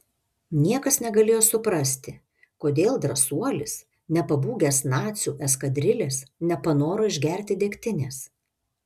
niekas negalėjo suprasti kodėl drąsuolis nepabūgęs nacių eskadrilės nepanoro išgerti degtinės